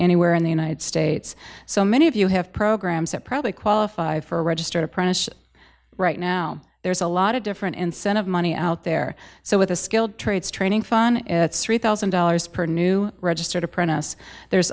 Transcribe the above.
anywhere in the united states so many of you have programs that probably qualify for registered apprenticeship right now there's a lot of different incentive money out there so with the skilled trades training fun if it's three thousand dollars per new registered apprentice there's